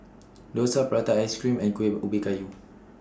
Dosa Prata Ice Cream and Kuih Ubi Kayu